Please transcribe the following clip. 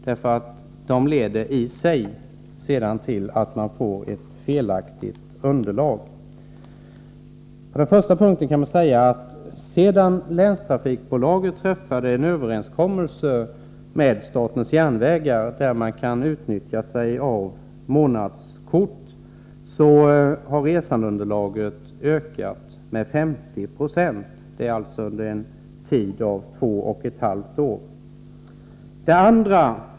Dessa leder i sig till att man får ett felaktigt underlag. För det första kan man säga att sedan länstrafikbolaget träffade en överenskommelse med SJ som innebar att man kan utnyttja sig av månadskort, har resandeunderlaget ökat med 50 96 på två och ett halvt år.